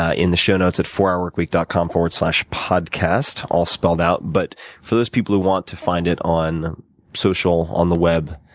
ah in the show notes at fourhourworkweek dot com slash podcast, all spelled out. but for those people who want to find it on social, on the web,